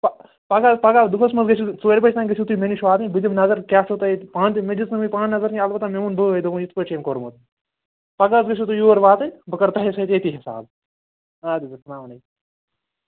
پہ پگاہ حظ پگاہ دۄہَس منٛز گٔژھِو ژورِ بجہِ تام گٔژھِو تُہۍ مےٚ نِش واتٕنۍ بہٕ دِمہٕ نظر کیٛاہ چھُو تۄہہِ ییٚتہِ پانہٕ تہِ مےٚ دِژ نہٕ وُنہِ پانہٕ نظر کیٚنٛہہ البتہٕ مےٚ ووٚن بٲے دوٚپُن یِتھٕ پاٹھۍ چھِ أمۍ کوٚرمُت پگاہ حظ گٔژھِو تُہۍ یوٗر واتِنۍ بہٕ کرٕ تۄہے سۭتۍ ییٚتِی حِساب اَدٕ اَدٕ حظ السلامُ علیکُم